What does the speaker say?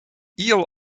eel